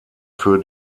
für